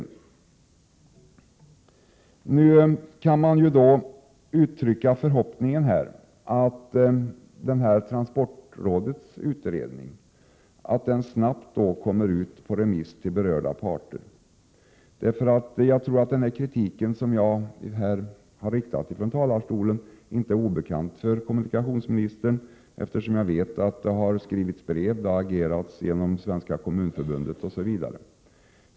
Mot bakgrund av vad som sägs i svaret kan man uttrycka förhoppningen att transportrådets utredning snabbt kommer ut på remiss till berörda parter. Jag tror att den kritik som jag härifrån talarstolen har framfört inte är obekant för kommunikationsministern. Jag vet nämligen att det har skrivits brev, att det har agerats från Svenska kommunförbundet osv.